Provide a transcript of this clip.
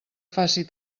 faci